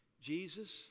Jesus